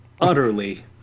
utterly